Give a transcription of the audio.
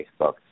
Facebook